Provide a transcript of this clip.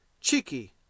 Cheeky